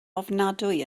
ofnadwy